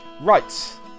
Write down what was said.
right